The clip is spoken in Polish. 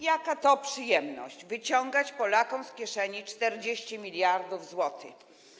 Jaka to przyjemność wyciągać Polakom z kieszeni 40 mld zł?